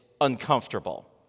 uncomfortable